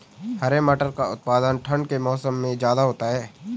हरे मटर का उत्पादन ठंड के मौसम में ज्यादा होता है